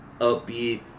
upbeat